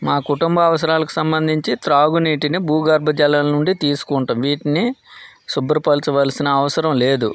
మా కుటుంబ అవసరాలకు సంబంధించి త్రాగునీటిని భూగర్భ జలాల నుండి తీసుకుంటాము వీటిని శుభ్రపరచవల్సిన అవసరం లేదు